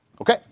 Okay